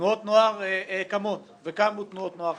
תנועות נוער קמות וקמו תנועות נוער חדשות.